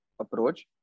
approach